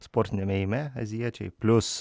sportiniame ėjime azijiečiai plius